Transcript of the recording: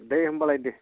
दे होनबालाय दे